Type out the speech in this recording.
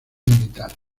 militares